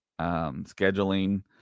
scheduling